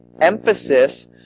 emphasis